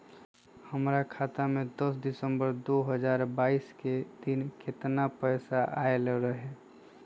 हमरा खाता में दस सितंबर दो हजार बाईस के दिन केतना पैसा अयलक रहे?